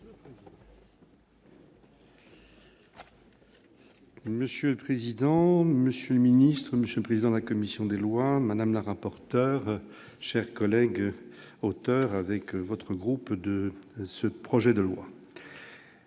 Monsieur le président, Monsieur le Ministre, Monsieur le Président de la commission des lois Madame la rapporteure, chers collègues, auteur avec votre groupe de ce projet de loi.